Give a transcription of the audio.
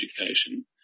education